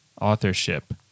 authorship